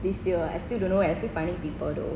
this year I still don't know eh I still finding people though